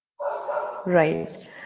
Right